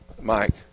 Mike